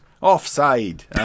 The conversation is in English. offside